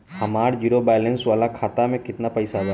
हमार zero balance वाला खाता में केतना पईसा बा?